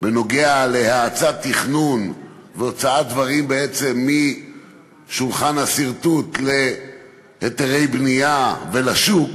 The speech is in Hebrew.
בנוגע להאצת תכנון והוצאת דברים בעצם משולחן הסרטוט להיתרי בנייה ולשוק,